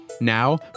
Now